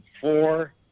four